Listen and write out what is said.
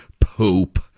poop